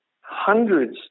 hundreds